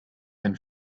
einen